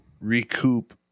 recoup